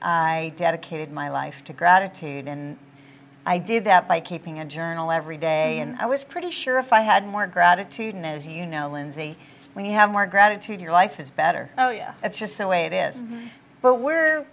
i dedicated my life to gratitude in i did that by keeping a journal every day and i was pretty sure if i had more gratitude and as you know lindsay when you have more gratitude your life is better that's just the way it is but we're